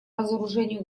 разоружению